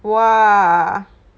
!wah!